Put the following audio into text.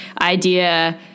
idea